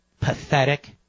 pathetic